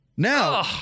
Now